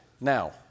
Now